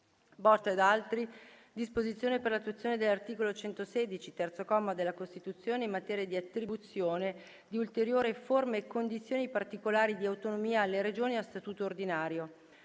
ed altri. -*** ***Disposizioni per l'attuazione dell'articolo 116, terzo comma, della Costituzione, in materia di attribuzione di ulteriori forme e condizioni particolari di autonomia alle regioni a statuto ordinario***